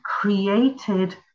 created